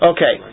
Okay